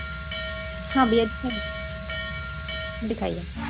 हाँ भैया इसे दिखाइए